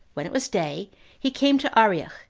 when it was day he came to arioch,